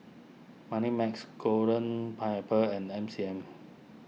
Moneymax Golden Pineapple and M C M